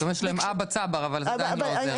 יש להם אבא צבר אבל זה עדיין לא עוזר.